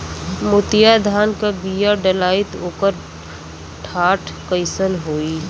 मोतिया धान क बिया डलाईत ओकर डाठ कइसन होइ?